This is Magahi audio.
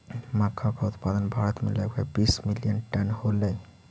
मक्का का उत्पादन भारत में लगभग बीस मिलियन टन होलई